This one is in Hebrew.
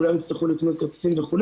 כולם יצטרכו לקנות כרטיסים וכו'.